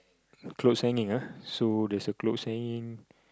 a clothes hanging ah so there's a clothes hanging